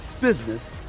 business